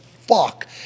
fuck